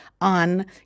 on